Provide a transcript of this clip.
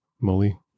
molly